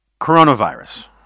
coronavirus